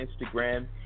Instagram